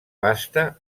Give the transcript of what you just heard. basta